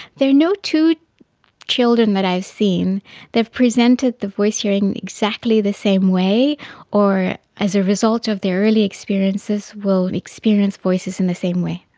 there are no two children that i have seen that have presented the voice hearing exactly the same way or as a result of their early experiences will experience voices in the same way.